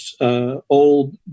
old